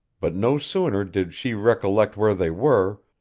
but no sooner did she recollect where they were,